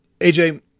AJ